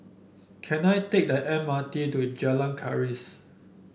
can I take the M R T to Jalan Keris